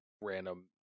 random